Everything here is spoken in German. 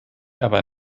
aber